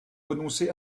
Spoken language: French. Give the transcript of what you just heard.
renoncer